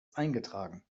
eingetragen